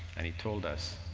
and he told us,